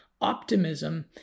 optimism